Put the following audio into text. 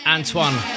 Antoine